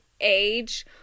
age